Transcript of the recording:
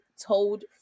told